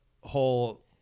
whole